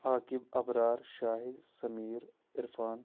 Aqib Abrar Shahid Sameer Irfan